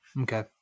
Okay